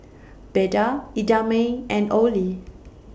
Beda Idamae and Olie